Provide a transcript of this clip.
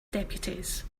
deputies